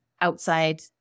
outside